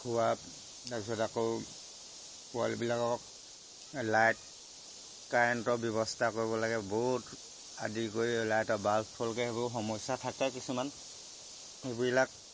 খোৱা তাৰপিছত আকৌ পোৱালিবিলাকক লাইট কাৰেণ্টৰ ব্যৱস্থা কৰিব লাগে বহুত আদি কৰি লাইটৰ বাল্বলৈকে সেইবোৰ সমস্যা থাকে কিছুমান সেইবিলাক